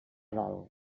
dol